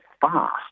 fast